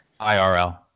IRL